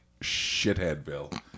shitheadville